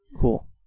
Cool